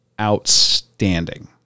outstanding